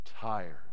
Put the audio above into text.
tired